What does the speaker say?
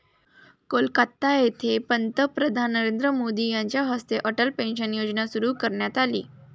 कोलकाता येथे पंतप्रधान नरेंद्र मोदी यांच्या हस्ते अटल पेन्शन योजना सुरू करण्यात आली